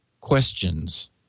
questions